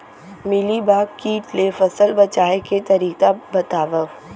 Mealybug किट ले फसल बचाए के तरीका बतावव?